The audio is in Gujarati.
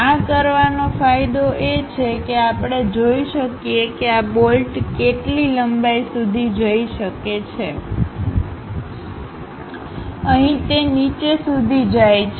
આ કરવાનો ફાયદો એ છે કે આપણે જોઈ શકીએ કે આ બોલ્ટ કેટલી લંબાઈ સુધી જઈ શકે છેઅહીં તે નીચે સુધી જાય છે